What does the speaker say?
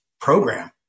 program